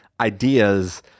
ideas